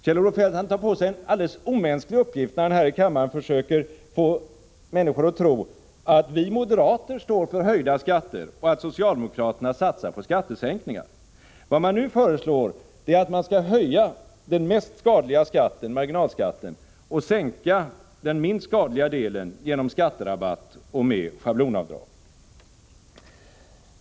Kjell-Olof Feldt tar på sig en omänsklig uppgift när han i kammaren försöker få människor att tro att vi moderater står för höjda skatter och att socialdemokraterna satsar på skattesänkningar. Vad man nu föreslår är en höjning av den mest skadliga skatten, marginalskatten, och en sänkning av den minst skadliga delen genom skatterabatt och med schablonavdrag.